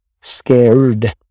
Scared